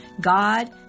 God